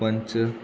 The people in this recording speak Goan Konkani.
पंच